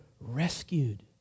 rescued